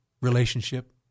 Relationship